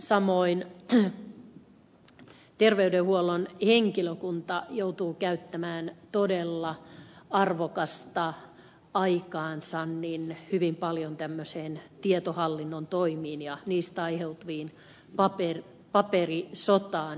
samoin terveydenhuollon henkilökunta joutuu käyttämään todella arvokasta aikaansa hyvin paljon tämmöisiin tietohallinnon toimiin ja niistä aiheutuvaan paperisotaan